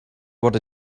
what